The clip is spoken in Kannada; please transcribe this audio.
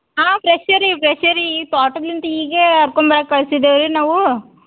ಹಾಂ ಫ್ರೆಶ್ಶೆ ರೀ ಫ್ರೆಶ್ಶೆ ರೀ ಈ ತೋಟಲಿಂತ್ ಈಗೆ ಹರ್ಕೊಂಬರೋಕ್ ಕಳ್ಸಿದೇವು ರೀ ನಾವು